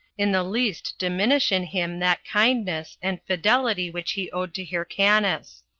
in the least diminish in him that kindness and fidelity which he owed to hyrcanus.